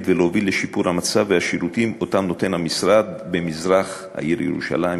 ולהוביל לשיפור המצב והשירותים שהמשרד נותן במזרח העיר ירושלים.